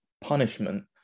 punishment